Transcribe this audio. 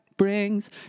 Brings